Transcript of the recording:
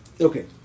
Okay